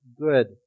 good